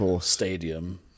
stadium